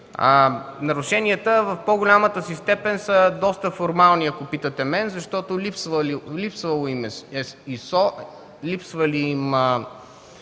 Нарушенията в по голямата си степен са доста формални, ако питате мен, защото липсвало им